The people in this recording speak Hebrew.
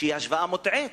שהיא השוואה מוטעית,